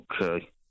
Okay